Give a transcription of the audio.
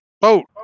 Boat